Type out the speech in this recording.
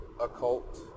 occult